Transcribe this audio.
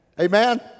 Amen